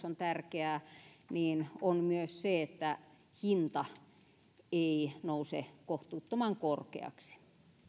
on tärkeää paitsi joustavuus myös se että hinta ei nouse kohtuuttoman korkeaksi